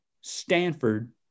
Stanford